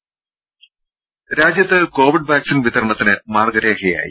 രംഭ രാജ്യത്ത് Covid vaccine വിതരണത്തിന് മാർഗ രേഖയായി